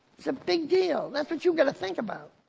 it's a big deal. that's what you've got to think about.